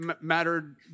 mattered